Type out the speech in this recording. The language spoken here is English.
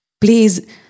Please